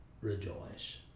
rejoice